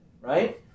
right